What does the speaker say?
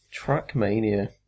Trackmania